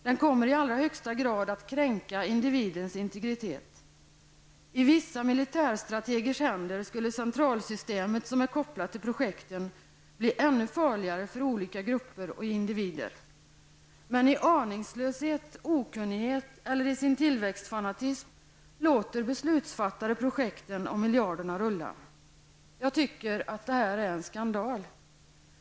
Den kommer i allra högsta grad att kränka individens integritet. I vissa militärstrategers händer skulle centralsystemet som är kopplat till projekten bli ännu farligare för olika grupper och individer. Men i aningslöshet, okunnighet eller i sin tillväxtfanatism låter beslutsfattare projekten och miljarderna rulla. Jag tycker att det här är en skandal.